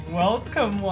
welcome